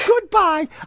goodbye